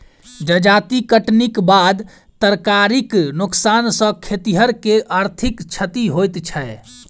जजाति कटनीक बाद तरकारीक नोकसान सॅ खेतिहर के आर्थिक क्षति होइत छै